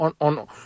on